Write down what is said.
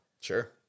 Sure